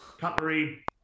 cutlery